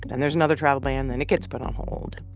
then there's another travel ban. then it gets put on hold.